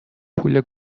پول